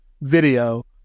video